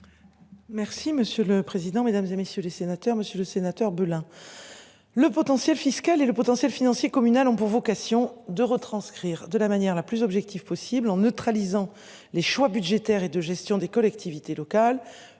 Merci monsieur le président, Mesdames, et messieurs les sénateurs, Monsieur le Sénateur, Belin. Le potentiel fiscal et le potentiel financier communales ont pour vocation de retranscrire de la manière la plus objective possible en neutralisant les choix budgétaires et de gestion des collectivités locales.